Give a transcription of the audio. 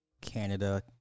Canada